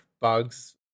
bugs